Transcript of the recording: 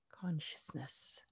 consciousness